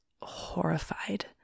horrified